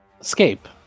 Escape